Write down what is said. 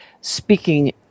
speaking